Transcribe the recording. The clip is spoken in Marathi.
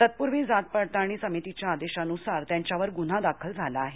तत्पूर्वी जात पडताळणी समितीच्या आदेशानुसार त्यांच्यावर गुन्हा दाखल झाला आहे